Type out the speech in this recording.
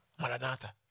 Maranatha